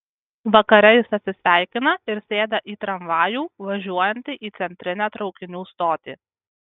vakare jis atsisveikina ir sėda į tramvajų važiuojantį į centrinę traukinių stotį